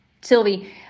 Sylvie